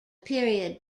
period